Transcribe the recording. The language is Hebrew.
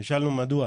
נשאלנו מדוע,